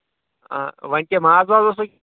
آ وۄنۍ کیٛاہ ماز واز اوسوُ